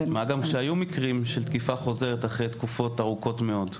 מה גם שהיו מקרים של תקיפה חוזרת אחרי תקופות מאוד ארוכות.